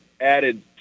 added